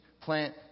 plant